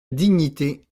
dignité